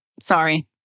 Sorry